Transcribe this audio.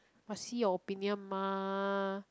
must see her opinion mah